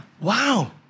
Wow